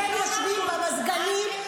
אתם יושבים במזגנים,